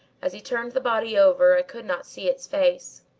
as he turned the body over i could not see its face.